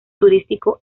turístico